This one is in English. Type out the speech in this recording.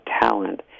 talent